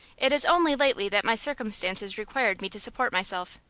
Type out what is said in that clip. it is only lately that my circumstances required me to support myself.